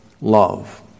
love